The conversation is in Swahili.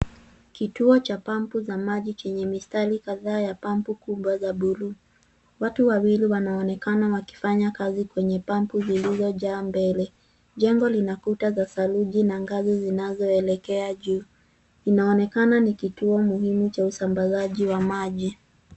Kituo cha pampu za maji chenye mistari kadhaa ya pampu kubwa za buluu. Watu wawili wanaonekana wakifanya kazi kwenye pampu zilizo jaa mbele. Jengo lina kuta za saruji na ngazi zinazoelekea juu. Inaonekana ni kituo muhimu cha usambazaji wa maji.